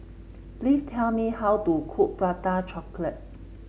please tell me how to cook Prata Chocolate